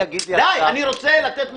די, אני רוצה לתת מענה.